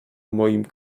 moim